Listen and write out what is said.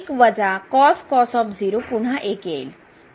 तर पुन्हा 1येईल तर 0 भागिले 0 येईल